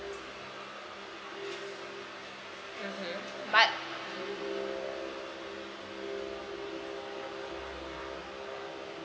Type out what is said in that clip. mmhmm but